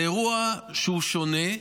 זה אירוע שהוא שונה.